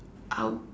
I'll